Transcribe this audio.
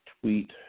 tweet